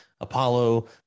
Apollo